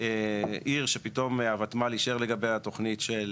עיר שפתאום הותמ"ל אישר לגביה תוכנית של